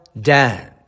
dead